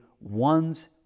one's